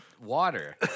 water